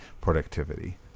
productivity